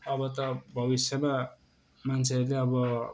अब त भविष्यमा मान्छेहरूले अब